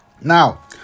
Now